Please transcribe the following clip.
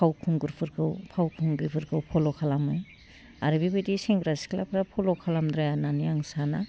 फाव खुंगुरफोरखौ फाव खुंग्रिफोरखौ फल' खालामो आरो बेबादि सेंग्रा सिख्लाफ्रा फल' खालामद्राया होन्नानै आं साना